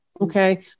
Okay